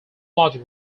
logic